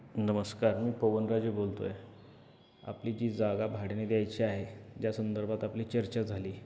नमस्कार मी पवनराजे बोलतो आहे आपली जी जागा भाड्याने द्यायची आहे ज्या संदर्भात आपली चर्चा झाली